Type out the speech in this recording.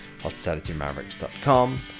hospitalitymavericks.com